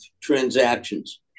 transactions